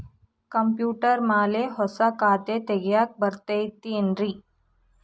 Computer ಮ್ಯಾಲೆ ಹೊಸಾ ಖಾತೆ ತಗ್ಯಾಕ್ ಬರತೈತಿ ಏನ್ರಿ?